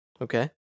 Okay